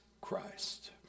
Christ